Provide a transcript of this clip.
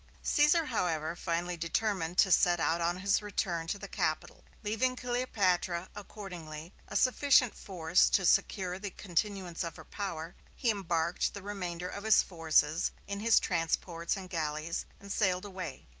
caesar, however, finally determined to set out on his return to the capital. leaving cleopatra, accordingly, a sufficient force to secure the continuance of her power, he embarked the remainder of his forces in his transports and galleys, and sailed away.